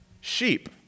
sheep